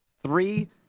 Three